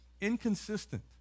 inconsistent